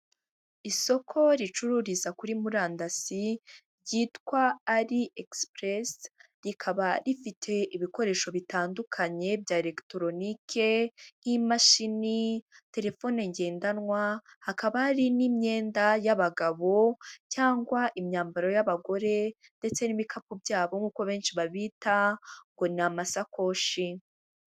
Isoko ricururiza kuri murandasi ryitwa Ali egisipuresi, rikaba rifite ibikoresho bitandukanye bya eregitoronike nk'imashini, terefone ngendanwa, hakaba hari n'imyenda y'abagabo cyangwa imyambaro y'abagore ndetse n'ibikapu byabo nk'uko benshi babyita ngo ni amasakoshi.